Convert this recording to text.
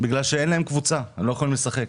בגלל שאין להם קבוצה, הם לא יכולים לשחק.